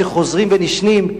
שחוזרים ונשנים,